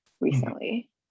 recently